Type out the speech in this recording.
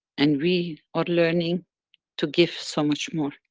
and we are learning to give so much more.